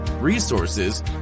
resources